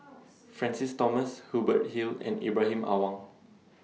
Francis Thomas Hubert Hill and Ibrahim Awang